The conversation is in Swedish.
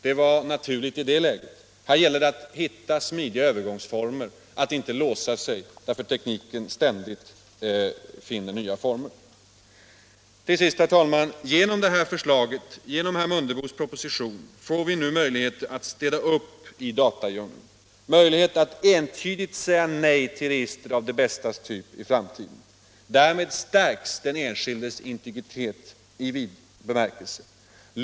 Det var naturligt i det läge som då rådde, men nu gäller det att hitta smidiga övergångsformer och att inte låsa sig när tekniken ständigt finner nya former. Till sist, herr talman, vill jag anföra att vi genom herr Mundebos proposition nu kommer att få möjligheter att städa upp i datadjungeln, att i framtiden entydigt säga nej till register av Det Bästas typ. Därmed stärks den enskildes integritet i vid bemärkelse.